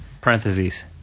Parentheses